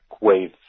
wave